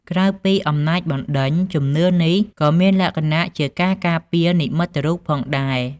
ក្រៅពីអំណាចបណ្ដេញ ជំនឿនេះក៏មានលក្ខណៈជាការការពារនិមិត្តរូបផងដែរ